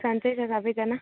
सन्चै छ सबैजना